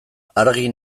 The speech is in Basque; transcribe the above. argi